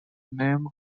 name